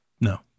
No